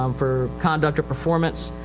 um for conduct or performance.